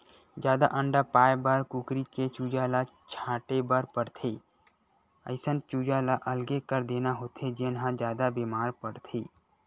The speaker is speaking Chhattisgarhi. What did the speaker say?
जादा अंडा पाए बर कुकरी के चूजा ल छांटे बर परथे, अइसन चूजा ल अलगे कर देना होथे जेन ह जादा बेमार परथे